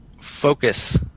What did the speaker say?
focus